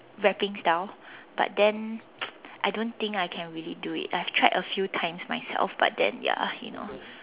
rapping style but then I don't think I can really do it I have tried a few times myself but then ya you know